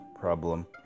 problem